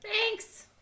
Thanks